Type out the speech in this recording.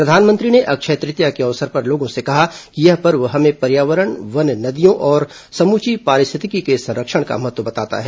प्रधानमंत्री ने अक्षय तृतीया के अवसर पर लोगों से कहा कि यह पर्व हमें पर्यावरण वन नदियों और समूची पारिस्थितिकी के संरक्षण का महत्व बताता है